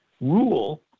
rule